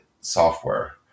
software